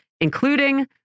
including